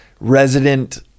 resident